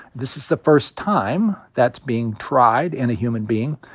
this is the first time that's being tried in a human being,